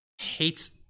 Hates